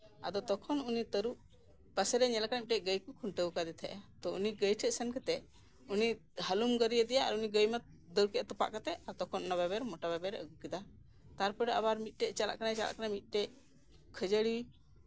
ᱟᱫᱚ ᱛᱚᱠᱷᱚᱱ ᱩᱱᱤ ᱛᱟᱹᱨᱩᱵᱽ ᱯᱟᱥᱮᱨᱮ ᱧᱮᱞ ᱟᱠᱟᱫᱮᱭᱟ ᱢᱤᱫᱴᱮᱡ ᱜᱟᱹᱭ ᱠᱚ ᱠᱷᱩᱱᱴᱟᱹᱣ ᱟᱠᱟᱫᱮ ᱛᱟᱸᱦᱮᱫᱼᱟ ᱛᱳ ᱩᱱᱤ ᱜᱟᱹᱭ ᱴᱷᱮᱡ ᱥᱮᱱ ᱠᱟᱛᱮᱜ ᱩᱱᱤ ᱦᱟᱹᱞᱩᱢ ᱜᱚᱫ ᱟᱫᱮᱭᱟ ᱩᱱᱤ ᱜᱟᱹᱭ ᱢᱟ ᱫᱟᱹᱲ ᱠᱮᱜ ᱛᱚᱯᱟᱜ ᱠᱟᱛᱮᱜ ᱛᱚᱠᱷᱚᱱ ᱚᱱᱟ ᱵᱟᱵᱮᱨ ᱢᱚᱴᱟ ᱵᱟᱵᱮᱨ ᱮ ᱟᱹᱜᱩ ᱠᱮᱫᱟ ᱛᱟᱨᱯᱚᱨ ᱟᱵᱟᱨ ᱪᱟᱞᱟᱜ ᱠᱟᱱᱟᱭ ᱪᱟᱞᱟᱜ ᱠᱟᱱᱟᱭ ᱢᱤᱫᱴᱮᱡ ᱠᱷᱟᱹᱡᱟᱹᱲᱤ